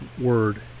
word